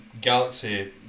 galaxy